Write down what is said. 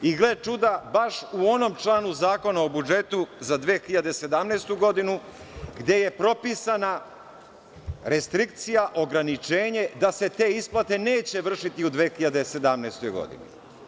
I, gle čuda, baš u onom članu Zakona o budžetu za 2017. godinu, gde je propisana restrikcija ograničenja da se te isplate neće vršiti u 2017. godini.